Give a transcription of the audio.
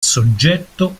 soggetto